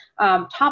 top